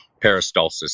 peristalsis